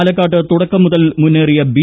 പാലക്കാട്ട് തുടക്കം മുതൽ മുന്നേറിയ ബി